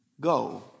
Go